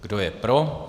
Kdo je pro?